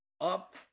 up